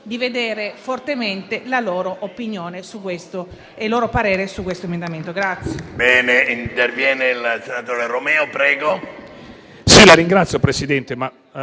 di rivedere fortemente la loro opinione ed il loro parere su questo emendamento.